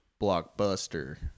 Blockbuster